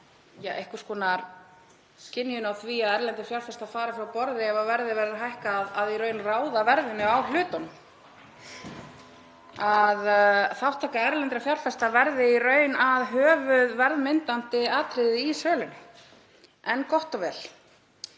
einhvers konar skynjun á því að erlendir fjárfestar fari frá borði ef verðið verður hækkað, að þeir í raun ráði verðinu á hlutunum, að þátttaka erlendra fjárfesta verði í raun að höfuðverðmyndandi atriði í sölunni. En gott og vel.